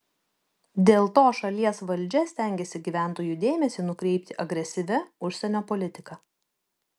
dėl to šalies valdžia stengiasi gyventojų dėmesį nukreipti agresyvia užsienio politika